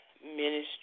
Ministry